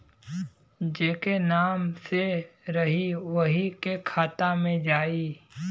जेके नाम से रही वही के खाता मे जाई